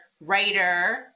writer